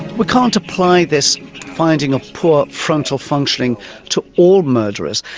we can't apply this finding of poor frontal functioning to all murderers,